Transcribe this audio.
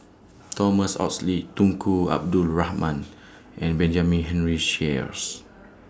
Thomas Oxley Tunku Abdul Rahman and Benjamin Henry Sheares